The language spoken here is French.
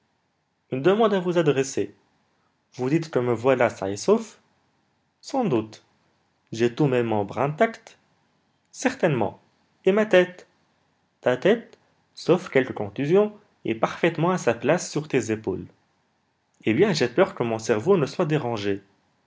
une demande à vous adresser vous dites que me voilà sain et sauf sans doute j'ai tous mes membres intacts certainement et ma tête ta tête sauf quelques contusions est parfaitement à sa place sur tes épaules eh bien j'ai peur que mon cerveau ne soit dérangé